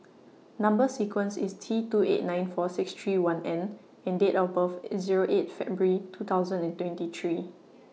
Number sequence IS T two eight nine four six three one N and Date of birth IS Zero eight February two thousand and twenty three